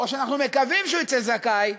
או שאנחנו מקווים שהוא יצא זכאי,